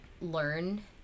learn